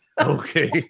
Okay